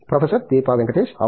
professor Deepa Venkatesh అవును